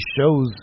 shows